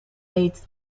dates